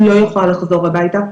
היא לא יכולה לחזור הביתה,